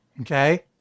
Okay